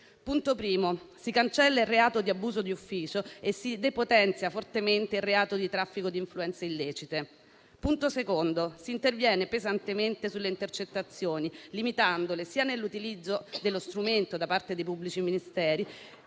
Punto primo: si cancella il reato di abuso di ufficio e si depotenzia fortemente il reato di traffico di influenze illecite. Punto secondo: si interviene pesantemente sulle intercettazioni, limitandole sia nell'utilizzo dello strumento da parte dei pubblici ministeri,